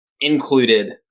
included